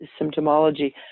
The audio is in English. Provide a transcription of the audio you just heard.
symptomology